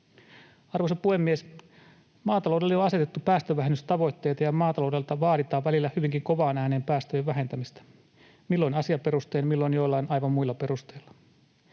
Arvoisa puhemies! Maataloudelle on asetettu päästövähennystavoitteita ja maataloudelta vaaditaan välillä hyvinkin kovaan ääneen päästöjen vähentämistä, milloin asiaperustein, milloin joillakin aivan muilla perusteilla.